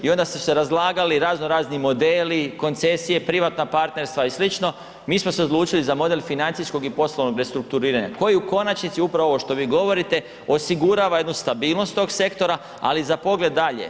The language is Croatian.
I onda su se razlagali raznorazni modeli, koncesije, privatna partnerstva i slično, mi smo se odlučili za model financijskog i poslovnog restrukturiranja koji u konačnici upravo ovo što vi govorite osigurava jednu stabilnost tog sektora, ali za pogled dalje.